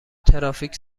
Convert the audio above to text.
ترافیک